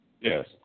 Yes